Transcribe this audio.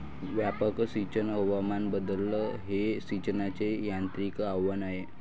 व्यापक सिंचन हवामान बदल हे सिंचनाचे तांत्रिक आव्हान आहे